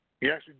Yes